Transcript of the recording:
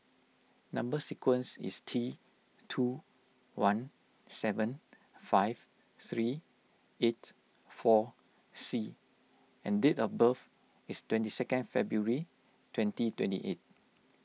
Number Sequence is T two one seven five three eight four C and date of birth is twenty second February twenty twenty eight